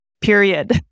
Period